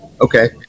Okay